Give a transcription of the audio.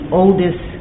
oldest